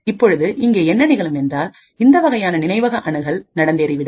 இப்பொழுது இங்கே என்ன நிகழும் என்றால் இந்த வகையான நினைவக அணுகல் நடந்தேறிவிடும்